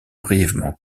brièvement